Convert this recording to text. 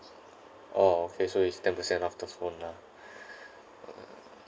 oh okay so is ten percent off the phone lah